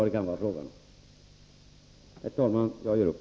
Herr talman! Jag ger upp!